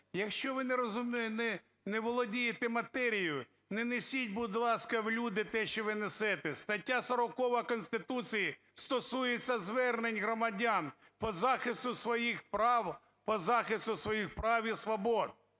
якщо ви не володієте матерією, не несіть, будь ласка, в люди те, що ви несете. Стаття 40 Конституції стосується звернень громадян по захисту своїх прав, по